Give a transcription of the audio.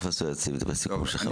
פרופ' יציב, את הסיכום שלך, בבקשה.